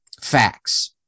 facts